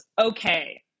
Okay